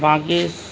باقی